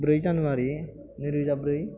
ब्रै जानुवारि नैरोजा ब्रै